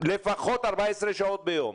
לפחות 14 שעות ביום.